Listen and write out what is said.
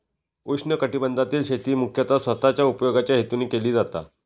उष्णकटिबंधातील शेती मुख्यतः स्वतःच्या उपयोगाच्या हेतून केली जाता